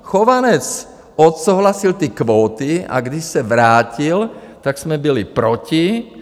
Chovanec odsouhlasil ty kvóty, a když se vrátil, tak jsme byli proti.